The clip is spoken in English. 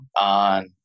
on